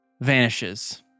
vanishes